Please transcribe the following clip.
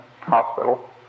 hospital